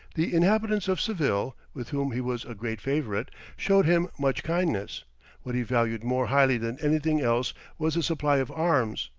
the inhabitants of seville, with whom he was a great favourite, showed him much kindness what he valued more highly than anything else was the supply of arms,